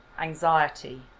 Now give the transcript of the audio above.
anxiety